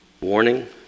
warning